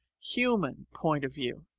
human point of view